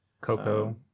coco